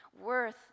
worth